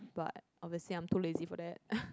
but obviously I'm too lazy for that